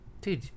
Dude